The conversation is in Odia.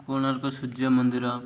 କୋଣାର୍କ ସୂର୍ଯ୍ୟ ମନ୍ଦିର